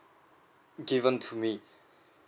given to me